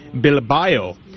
Bilbao